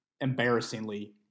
embarrassingly